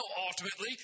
ultimately